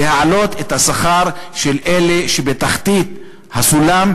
להעלות את השכר של אלה שבתחתית הסולם,